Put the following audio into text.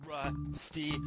Rusty